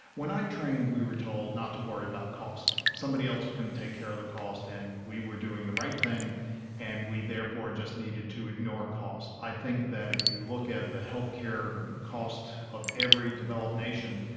when i trained we were told not to worry about cost. somebody else was got to take care of the cost and we were doing the right thing and we therefore just needed to ignore costs. i think that if you look at the healthcare cost of every developed nation,